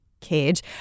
cage